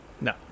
no